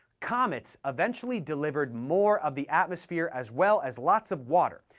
comets eventually delivered more of the atmosphere as well as lots of water,